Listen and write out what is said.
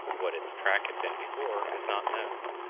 what its track had been before is not known,